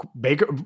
Baker